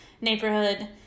neighborhood